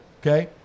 okay